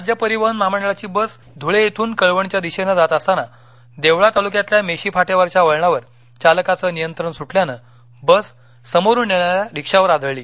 राज्य परिवहन महामंडळाची बस धुळे इथून कळवणच्या दिशेनं जात असताना देवळा तालुक्यातल्या मेशी फाट्यावरच्या वळणावर चालकाचं नियंत्रण सुटल्यानं बस समोरून येणाऱ्या रिक्षावर आदळली